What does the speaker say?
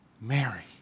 Mary